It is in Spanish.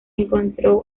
encontró